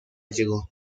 llegó